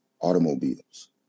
automobiles